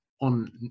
on